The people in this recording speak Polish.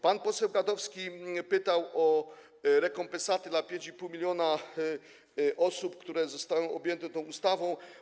Pan poseł Gadowski pytał o rekompensaty dla 5,5 mln osób, które zostaną objęte tą ustawą.